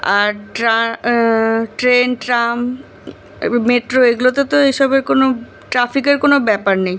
আর train tram এবার metro এগুলোতে তো এসবের কোনো ট্রাফিকের কোনো ব্যাপার নেই